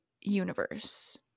universe